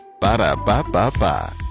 Ba-da-ba-ba-ba